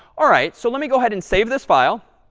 all right. so let me go ahead and save this file,